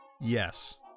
Yes